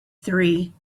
three